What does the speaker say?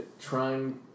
trying